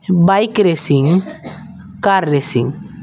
bike racing car racing